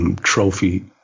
trophy